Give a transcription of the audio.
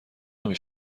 نمی